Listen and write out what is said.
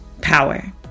power